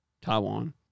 Taiwan